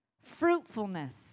fruitfulness